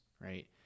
right